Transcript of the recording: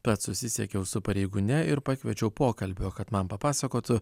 tad susisiekiau su pareigūne ir pakviečiau pokalbio kad man papasakotų